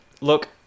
Look